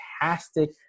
fantastic